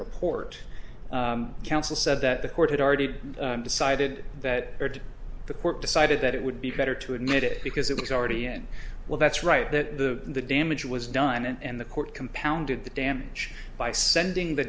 report counsel said that the court had already decided that the court decided that it would be better to admit it because it was already in well that's right that the damage was done and the court compounded the damage by sending the